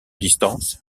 distance